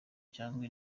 cyangwa